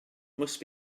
must